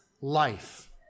life